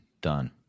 Done